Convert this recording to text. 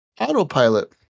autopilot